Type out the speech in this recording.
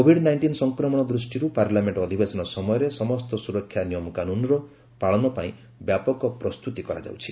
Covid nineteen ସଂକ୍ରମଣ ଦୃଷ୍ଟିରୁ parliament ଅଧିବେସନ ସମୟରେ ସମସ୍ତ ସୁରକ୍ଷା ନିୟମକାନୁନ୍ର ପାଳନ ପାଇଁ ବ୍ୟାପକ ପ୍ରସ୍ତୁତି କରାଯାଉଛି